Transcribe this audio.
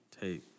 take